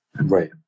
Right